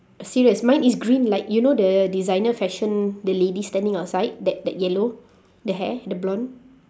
serious mine is green like you know the designer fashion the lady standing outside that that yellow the hair the blonde